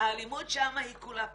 האלימות שם היא כולה פנימית,